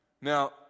Now